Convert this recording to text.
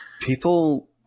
people